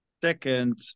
second